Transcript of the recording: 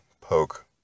poke